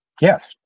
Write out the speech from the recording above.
Yes